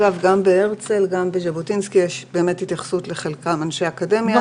גם בהרצל וגם בז'בוטינסקי יש התייחסות לחלקם אנשי אקדמיה,